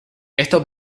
estos